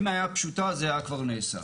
אם הייתה פשוטה, זה היה כבר נעשה.